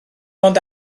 ond